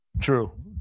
True